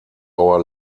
our